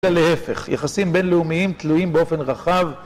זה להפך, יחסים בינלאומיים תלויים באופן רחב